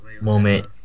moment